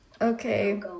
Okay